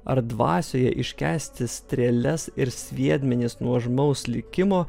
ar dvasioje iškęsti strėles ir sviedmenis nuožmaus likimo